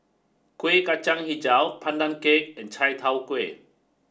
Kueh Kacang Hijau Pandan cake and Chai Tow Kway